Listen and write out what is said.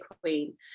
queen